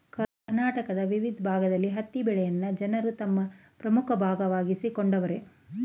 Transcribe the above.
ಕರ್ನಾಟಕದ ವಿವಿದ್ ಭಾಗ್ದಲ್ಲಿ ಹತ್ತಿ ಬೆಳೆನ ಜನರು ತಮ್ ಪ್ರಮುಖ ಭಾಗವಾಗ್ಸಿಕೊಂಡವರೆ